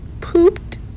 pooped